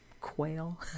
quail